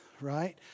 right